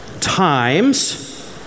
times